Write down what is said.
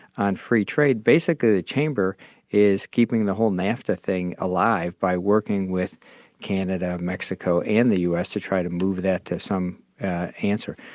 on free trade, basically the chamber is keeping the whole nafta thing alive by working with canada and mexico and the u s. to try to move that to some answer.